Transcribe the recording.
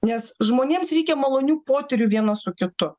nes žmonėms reikia malonių potyrių vienas su kitu